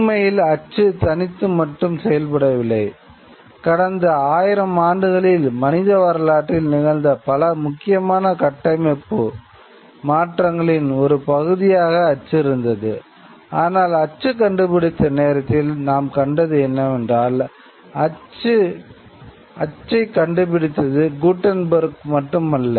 உண்மையில் அச்சு தனித்து மட்டும் செயல்படவில்லை கடந்த ஆயிரம் ஆண்டுகளில் மனித வரலாற்றில் நிகழ்ந்த பல முக்கியமான கட்டமைப்பு மட்டுமல்ல